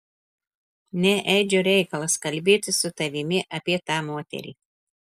ne edžio reikalas kalbėti su tavimi apie tą moterį